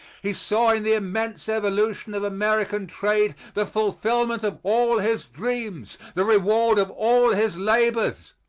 he saw in the immense evolution of american trade the fulfilment of all his dreams, the reward of all his labors.